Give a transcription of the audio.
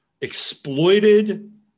exploited